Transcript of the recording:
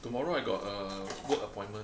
tomorrow I got err work appointment